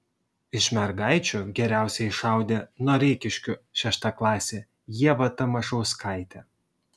iš mergaičių geriausiai šaudė noreikiškių šeštaklasė ieva tamašauskaitė